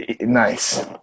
nice